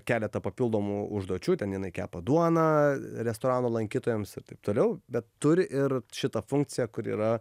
keletą papildomų užduočių ten jinai kepa duoną restorano lankytojams ir taip toliau bet turi ir šitą funkciją kur yra